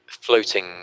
floating